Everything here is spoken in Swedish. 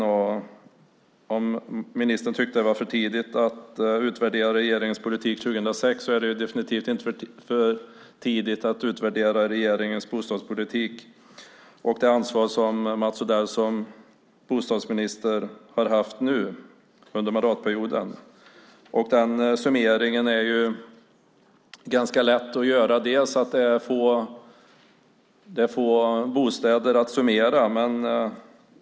Om ministern tyckte att det var för tidigt att 2006 utvärdera regeringens bostadspolitik är det definitivt inte för tidigt att nu utvärdera den och det ansvar som Mats Odell som bostadsminister haft under mandatperioden. Den summeringen är ganska lätt att göra. Det är få bostäder att summera.